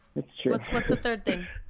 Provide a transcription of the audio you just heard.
that's true. what's what's the third thing?